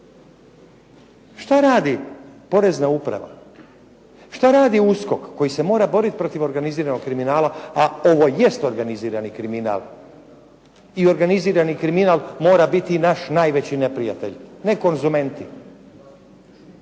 Što radi porezna uprava? Što radi USKOK koji se mora boriti protiv organiziranog kriminala, a ovo jest organizirani kriminal i organizirani kriminal mora biti naš najveći neprijatelj, ne konzumenti.